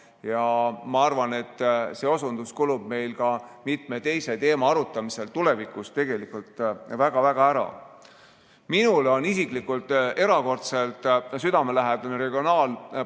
ja ma arvan, et see osundus kulub meil ka mitme teise teema arutamisel tulevikus tegelikult väga-väga ära. Minule on isiklikult erakordselt südamelähedased